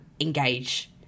engage